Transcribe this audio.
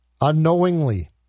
Unknowingly